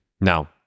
Now